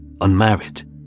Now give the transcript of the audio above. unmarried